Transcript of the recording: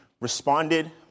responded